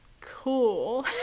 cool